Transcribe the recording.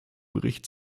bericht